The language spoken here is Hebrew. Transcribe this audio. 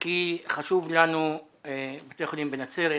כי חשובים לנו בתי החולים בנצרת,